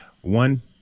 One